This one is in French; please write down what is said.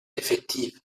effective